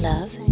Love